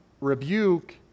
rebuke